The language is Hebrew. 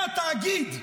והתאגיד,